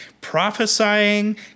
Prophesying